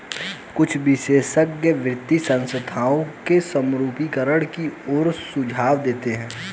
कुछ विशेषज्ञ वित्तीय संस्थानों के समरूपीकरण की ओर रुझान देखते हैं